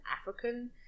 African